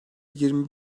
yirmi